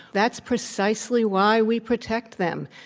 that's precisely why we protect them.